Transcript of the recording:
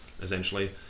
essentially